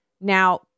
Now